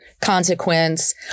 consequence